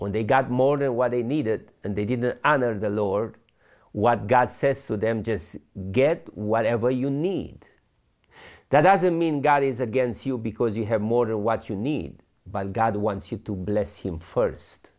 when they got more than what they needed and they didn't honor the lord what god says to them just get whatever you need that doesn't mean god is against you because you have more than what you need by god wants you to bless him first